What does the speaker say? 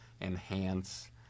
enhance